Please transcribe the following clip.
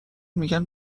میگن